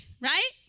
Right